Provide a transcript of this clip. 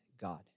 God